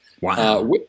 Wow